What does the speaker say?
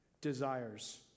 desires